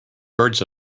birds